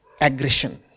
aggression